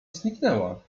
zniknęła